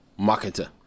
marketer